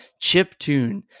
Chiptune